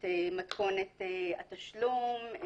את מתכונת התשלום,